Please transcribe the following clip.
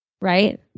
right